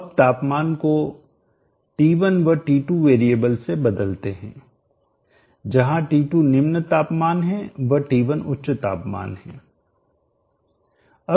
अब तापमान को T1 व T2 वेरिएबल से बदलते हैं जहां T2 निम्न तापमान है व T1 उच्च तापमान है